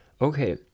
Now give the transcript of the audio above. okay